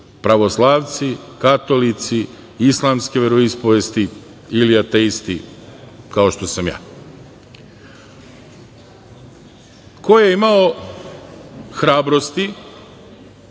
pravoslavci, katolici, islamske veroispovesti ili ateisti, kao što sam ja. Ko je imao hrabrosti